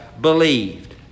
believed